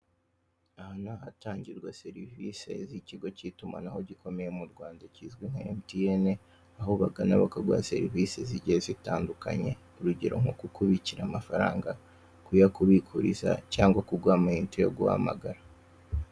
Aha ni ahatangirwa serivise z'ikigo cy'itumanaho gikomeye mu Rwanda kizwi nka MTN, aho ubagana bakaguha serivise zigiye zitandukanye. Urugero: kukubikira amafaranga, kuyakubikuriza cyangwa kuguha amayinite yo guhamagara.